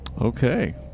Okay